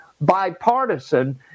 bipartisan